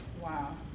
Wow